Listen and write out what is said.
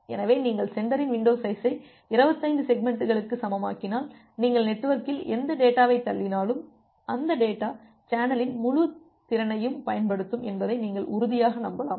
எனவே நீங்கள் சென்டரின் வின்டோ சைஸை 25 செக்மெண்ட்களுக்கு சமமாக்கினால் நீங்கள் நெட்வொர்க்கில் எந்தத் டேட்டாவைத் தள்ளினாலும் அந்தத் டேட்டா சேனலின் முழுத் திறனையும் பயன்படுத்தும் என்பதை நீங்கள் உறுதியாக நம்பலாம்